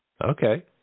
Okay